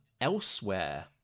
elsewhere